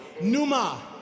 Numa